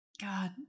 God